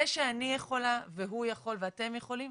זה שאני יכולה, הוא יכול ואתם יכולים,